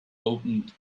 opened